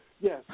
Yes